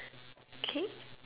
K